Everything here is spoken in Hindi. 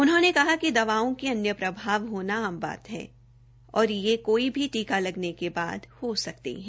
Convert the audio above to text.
उन्होंने कहा कि दवाओं के अन्य प्रभाव होना आम बात है और यह कोई भी टीका लगाने के बाद हो सकते है